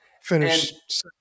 Finish